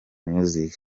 music